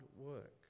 work